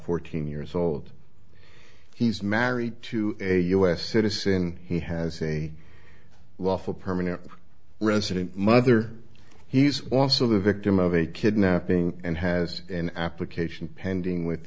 fourteen years old he's married to a u s citizen he has a lawful permanent resident mother he's also the victim of a kidnapping and has an application pending with